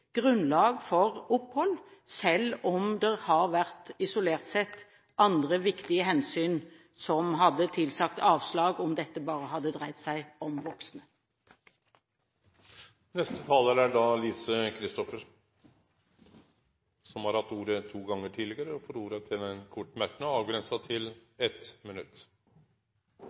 grunnlag for opphold, selv om det isolert sett har vært andre viktige hensyn som hadde tilsagt avslag, om dette bare hadde dreid seg om voksne. Representanten Lise Christoffersen har hatt ordet to gonger tidlegare og får ordet til ein kort merknad, avgrensa til 1 minutt.